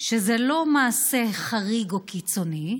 שזה לא מעשה חריג או קיצוני,